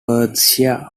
perthshire